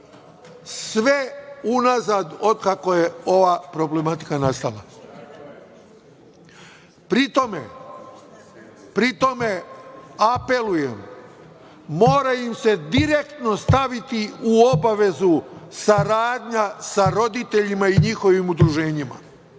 sve unazad otkako je ova problematika nastala. Pri tome apelujem, mora im se direktno staviti u obavezu saradnja sa roditeljima i njihovim udruženjima.